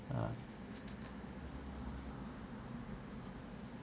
ah